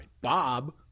Bob